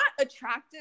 attractive